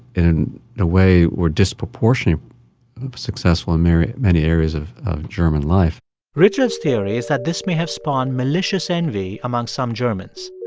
in in a way were disproportionate successful um in many areas of german life richard's theory is that this may have spawned malicious envy among some germans